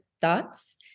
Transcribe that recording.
thoughts